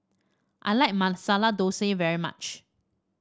I like Masala Dosa very much